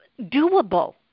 doable